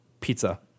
Pizza